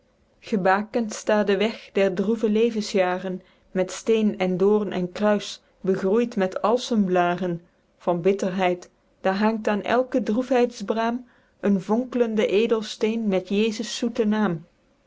gebakend sta de weg der droeve levensjaren met steen en doorn en kruis begroeid met alsemblaren van bitterheid daer hangt aen elke